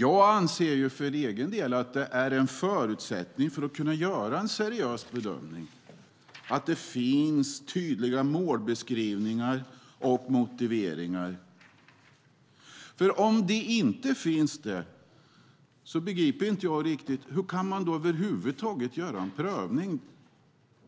Jag anser för egen del att tydliga målbeskrivningar och motiveringar är en förutsättning för att man ska kunna göra en seriös bedömning, för om sådana inte finns begriper jag inte riktigt hur man över huvud taget kan göra en prövning.